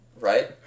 right